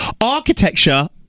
architecture